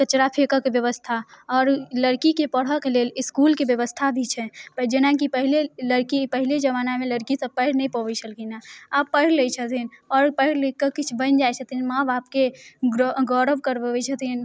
कचड़ा फेकऽके व्यवस्था आओर लड़कीके पढ़ऽके लेल इसकूलके व्यवस्था भी छै जेनाकि पहिले लड़की पहिले जमानामे लड़की सभ पढ़ि नहि पबै छलखिन हँ आब पढ़ि लै छथिन आओर पढ़ि लिखिकऽ किछु बनि जाइ छथिन माँ बापके ग्रो गौरव करबबै छथिन